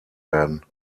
werden